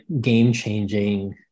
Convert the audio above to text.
game-changing